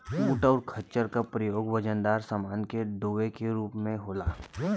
ऊंट और खच्चर का प्रयोग वजनदार समान के डोवे के रूप में होला